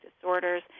disorders